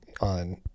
on